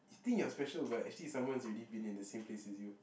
you think you're special but actually someone's already been in the same place as you